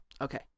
okay